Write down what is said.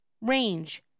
Range